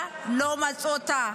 לא מצאו את הילדה,